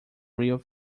real